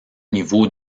niveau